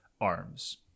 arms